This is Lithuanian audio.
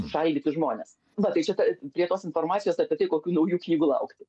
šaldyti žmones va tai čia ta prie tos informacijos apie tai kokių naujų knygų laukti